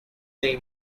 they